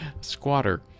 Squatter